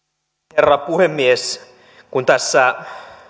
herra puhemies kun tässä